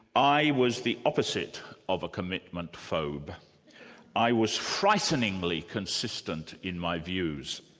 i was the opposite of a commitment-phobe i was frighteningly consistent in my views.